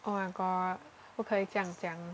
oh my god 不可以这样讲